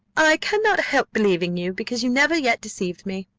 i cannot help believing you, because you never yet deceived me,